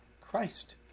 Christ